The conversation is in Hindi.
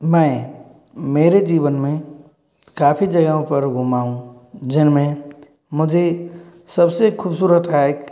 मैं मैरे जीवन में काफ़ी जगहों पर घूमा हूँ जिनमें मुझे सबसे खूबसूरत है